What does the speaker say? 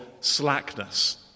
slackness